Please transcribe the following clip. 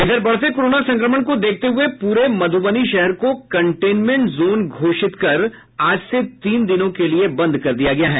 इधर बढ़ते कोरोना संक्रमण को देखते हुये पूरे मधुबनी शहर को कंटेनमेंट जोन घोषित कर आज से तीन दिनों के लिये बंद कर दिया गया है